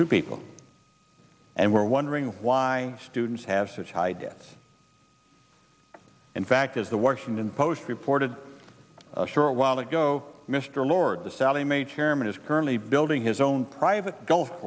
two people and we're wondering why students have such high debts in fact as the washington post reported a short while ago mr lord the sallie mae chairman is currently building his own private golf